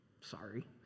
sorry